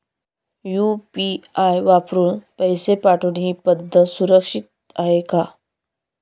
UPI वापरून पैसे पाठवणे ही पद्धत सुरक्षित आहे का?